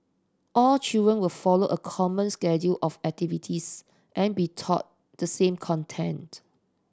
all children will follow a common schedule of activities and be taught the same content